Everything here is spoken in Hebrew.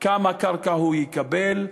כמה קרקע הוא יקבל,